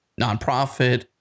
nonprofit